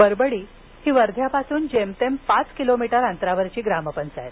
बरबडी ही वर्ध्यापासून जेमतेम पाच किलोमीटर अंतरावरची ग्रामपंचायत